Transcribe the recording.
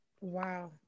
wow